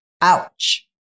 Ouch